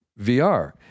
VR